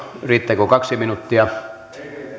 riittääkö kaksi minuuttia